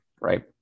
right